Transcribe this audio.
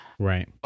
Right